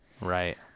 Right